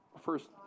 first